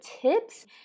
tips